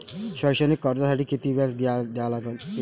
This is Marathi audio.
शैक्षणिक कर्जासाठी किती व्याज द्या लागते?